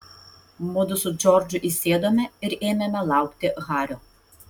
mudu su džordžu įsėdome ir ėmėme laukti hario